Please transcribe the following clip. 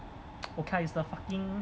is the fucking